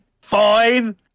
Fine